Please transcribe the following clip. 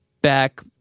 back